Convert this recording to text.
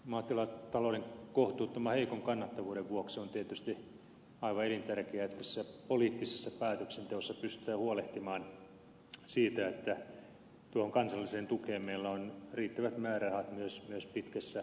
maatilatalouden kohtuuttoman heikon kannattavuuden vuoksi on tietysti aivan elintärkeää että poliittisessa päätöksenteossa pystytään huolehtimaan siitä että kansalliseen tukeen meillä on riittävät määrärahat myös pitkässä juoksussa